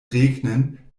regnen